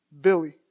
Billy